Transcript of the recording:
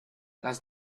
las